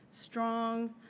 strong